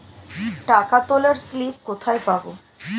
টাকা তোলার স্লিপ কোথায় পাব?